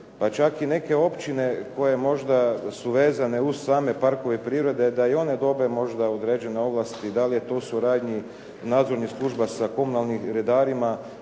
pa čak i neke općine koje možda su vezane uz same parkove prirode, da i one dobiju možda određene ovlasti. Da li je to u suradnji nadzornih služba sa komunalnim redarima,